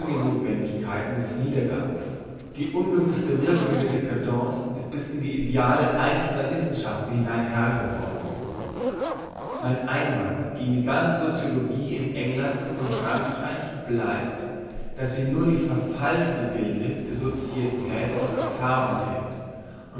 des niedergangs die unbewusste wirkung der dcadence ist bis in die ideale einzelner wissenschaften hinein herr geworden mein einwand gegen die ganze sociologie in england und frankreich bleibt dass sie nur die verfalls gebilde der societät aus erfahrung kennt